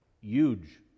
huge